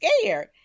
scared